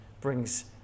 brings